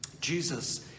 Jesus